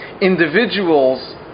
individuals